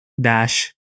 dash